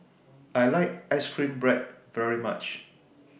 I like Ice Cream Bread very much